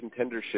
contendership